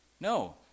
No